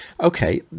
Okay